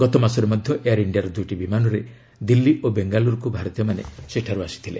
ଗତମାସରେ ମଧ୍ୟ ଏୟାର ଇଣ୍ଡିଆର ଦୁଇଟି ବିମାନରେ ଦିଲ୍ଲୀ ଓ ବେଙ୍ଗାଲୁରୁକୁ ଭାରତୀୟମାନେ ସେଠାରୁ ଆସିଥିଲେ